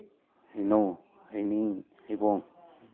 ꯍꯩꯅꯧ ꯍꯩꯅꯤꯡ ꯍꯩꯕꯣꯡ